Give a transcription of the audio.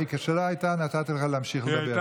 לא, כשהיא לא הייתה נתתי לך להמשיך לדבר.